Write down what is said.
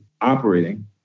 operating